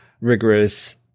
rigorous